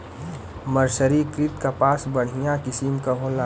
मर्सरीकृत कपास बढ़िया किसिम क होला